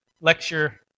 lecture